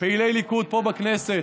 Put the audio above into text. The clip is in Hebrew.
פעילי ליכוד, פה בכנסת,